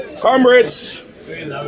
Comrades